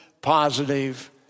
positive